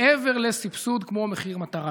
מעבר לסבסוד כמו מחיר מטרה,